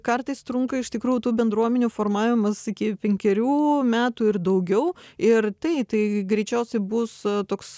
kartais trunka iš tikrųjų tų bendruomenių formavimas iki penkerių metų ir daugiau ir tai tai greičiausiai bus toks